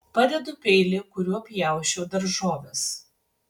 padedu peilį kuriuo pjausčiau daržoves